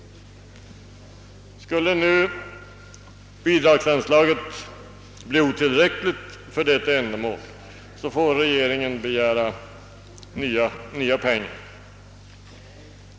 Skulle nu bidragsanslaget bli otillräckligt för detta ändamål får regeringen begära nya medel.